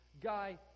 guy